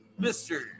Mr